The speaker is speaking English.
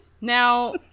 Now